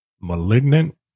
malignant